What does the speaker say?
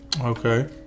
Okay